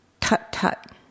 Tut-tut